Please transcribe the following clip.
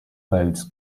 boats